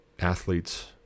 athletes